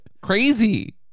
Crazy